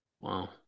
Wow